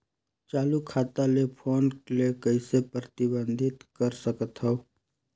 चालू खाता ले फोन ले कइसे प्रतिबंधित कर सकथव?